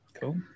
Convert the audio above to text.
Cool